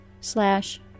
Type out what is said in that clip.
slash